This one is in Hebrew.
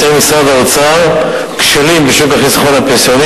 איתר משרד האוצר כשלים בשוק החיסכון הפנסיוני